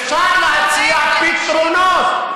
אפשר להציע פתרונות.